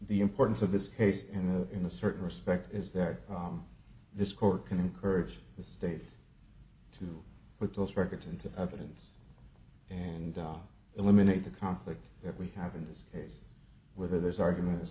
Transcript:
the importance of this case and in a certain respect is that this court can encourage the state to put those records into evidence and eliminate the conflict that we have in this case whether there's argument as